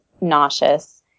nauseous